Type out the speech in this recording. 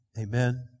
Amen